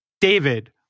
David